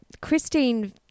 Christine